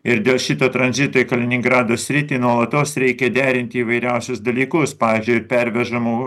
ir dėl šito tranzito į kaliningrado sritį nuolatos reikia derinti įvairiausius dalykus pavyzdžiui pervežamų